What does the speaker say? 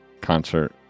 concert